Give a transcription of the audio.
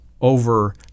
over